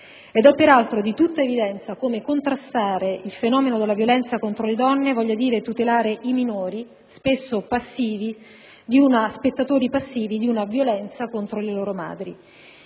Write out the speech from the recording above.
È peraltro di tutta evidenza che contrastare il fenomeno della violenza contro le donne voglia dire tutelare i minori, spesso spettatori passivi di violenza contro le loro madri.